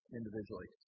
individually